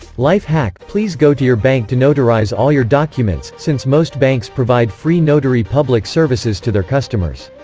life hack please go to your bank to notarize all your documents, since most banks provide free notary public services to their customers.